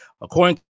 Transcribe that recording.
According